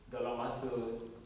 dalam masa